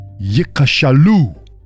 Yikashalu